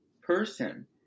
person